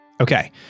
Okay